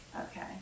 Okay